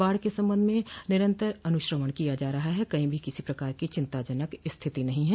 बाढ़ के संबंध में निरन्तर अनुश्रवण किया जा रहा है कहीं भी किसी प्रकार की चिंताजनक परिस्थिति नहीं है